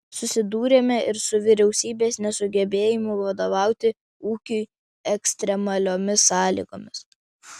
susidūrėme ir su vyriausybės nesugebėjimu vadovauti ūkiui ekstremaliomis sąlygomis